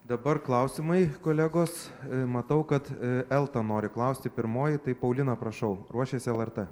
dabar klausimai kolegos matau kad elta nori klausti pirmoji tai paulina prašau ruošiasi lrt